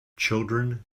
children